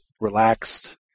relaxed